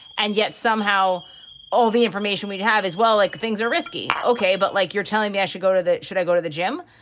and yet somehow all the information we'd have as well, like things are risky. ok. but like you're telling me, i should go to that. should i go to the gym?